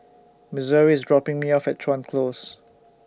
Missouri IS dropping Me off At Chuan Close